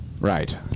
right